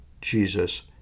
Jesus